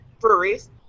breweries